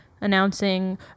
announcing